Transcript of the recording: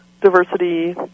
diversity